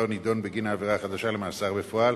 נידון בגין העבירה החדשה למאסר בפועל,